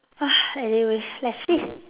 ah anyway let's see